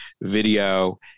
video